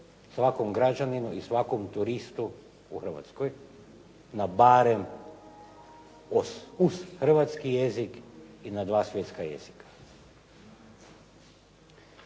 svakom građaninu i svakom turistu u Hrvatskoj na barem uz hrvatski jezik i na 2 svjetska jezika.